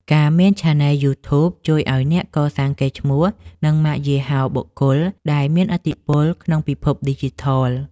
ការមានឆានែលយូធូប ជួយឱ្យអ្នកកសាងកេរ្តិ៍ឈ្មោះ និងម៉ាកយីហោបុគ្គល ដែលមានឥទ្ធិពលក្នុងពិភពឌីជីថល។